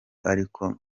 ariko